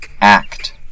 Act